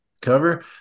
cover